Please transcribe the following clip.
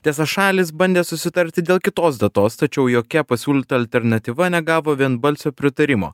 tiesa šalys bandė susitarti dėl kitos datos tačiau jokia pasiūlyta alternatyva negavo vienbalsio pritarimo